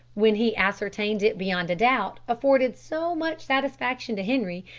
when he ascertained it beyond a doubt, afforded so much satisfaction to henri,